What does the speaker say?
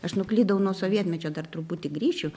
aš nuklydau nuo sovietmečio dar truputį grįšiu